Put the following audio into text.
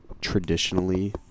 traditionally